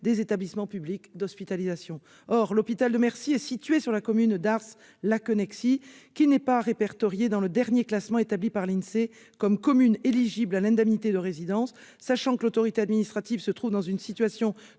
des établissements publics d'hospitalisation. Il se trouve que l'hôpital de Mercy est situé sur la commune d'Ars-Laquenexy, qui n'est pas répertoriée dans le dernier classement établi par l'Insee comme commune éligible à l'indemnité de résidence, sachant que l'autorité administrative se trouve dans une situation